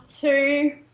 two